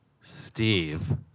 Steve